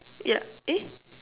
yeah eh